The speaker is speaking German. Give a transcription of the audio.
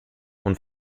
und